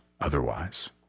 otherwise